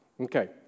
Okay